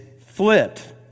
flipped